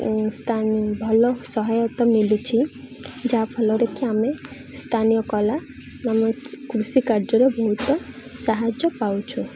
ସ୍ତାନ୍ ଭଲ ସହାୟତା ମିଲୁଛି ଯାହାଫଲରେ କି ଆମେ ସ୍ଥାନୀୟ କଲା ଆମ କୃଷି କାର୍ଯ୍ୟରେ ବହୁତ ସାହାଯ୍ୟ ପାଉଛୁ